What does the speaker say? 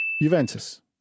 Juventus